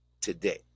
today